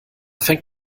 fängt